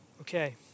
Okay